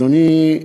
אדוני,